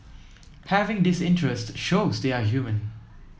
having this interest shows they are human